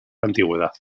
antigüedad